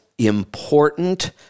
important